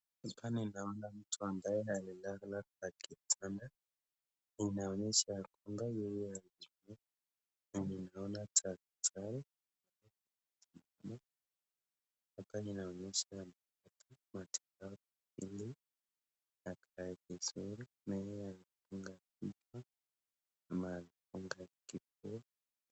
Hapa naona mtu ambaye amelala kwa kitanda . Inaonesha ya kwamba yeye ni mgojwa . Ninaona Daktari hapa inaonesha ya kwamba matibabu hili ya kazi nzuri.